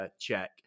check